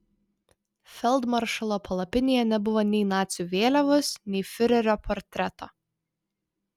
feldmaršalo palapinėje nebuvo nei nacių vėliavos nei fiurerio portreto